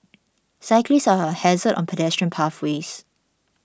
cyclists are a hazard on pedestrian pathways